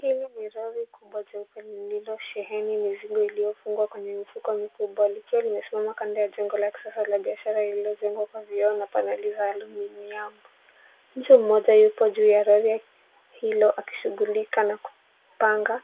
Hili ni lori kubwa jeupe lililosheheni mizigo iliyofungwa kwenye mifuko mikubwa likiwa limesimama kando ya jengo la kisasa la biashara lililojengwa kwa vioo na paneli za aluminium . Mtu mmoja yupo juu ya lori hilo akishughulika kupanga